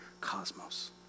cosmos